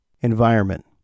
environment